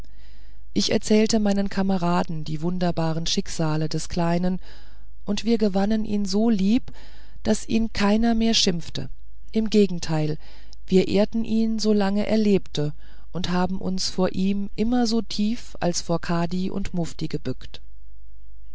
ich erzählte meinen kameraden die wunderbaren schicksale des kleinen und wir gewannen ihn so lieb daß ihn keiner mehr schimpfte im gegenteil wir ehrten ihn solange er lebte und haben uns vor ihm immer so tief als vor kadi und mufti gebückt